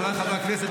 חבריי חברי הכנסת,